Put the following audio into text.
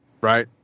Right